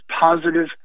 positive